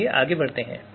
आइए आगे बढ़ते हैं